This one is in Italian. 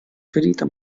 ferita